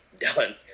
done